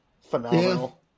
phenomenal